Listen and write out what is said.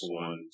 one